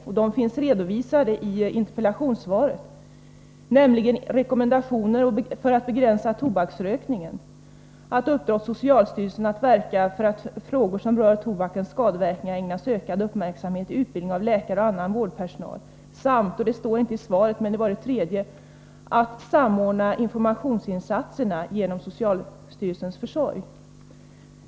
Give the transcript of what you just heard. Två av dem finns redovisade i interpellationssvaret, nämligen rekommendationer för att begränsa tobaksrökningen och ett uppdrag åt socialstyrelsen att verka för att frågor som rör tobakens skadeverkningar ägnas ökad uppmärksamhet i utbildningen av läkare och annan vårdpersonal. Den tredje åtgärden var att samordna informationsinsatserna genom socialstyrelsens försorg.